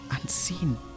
unseen